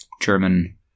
German